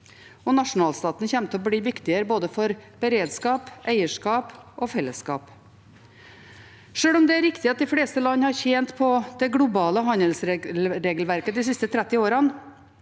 nasjonalstaten kommer til å bli viktigere for både beredskap, eierskap og fellesskap. Sjøl om det er riktig at de fleste land har tjent på det globale handelsregelverket de siste 30 årene,